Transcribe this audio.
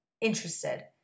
interested